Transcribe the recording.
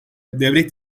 devlet